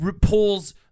pulls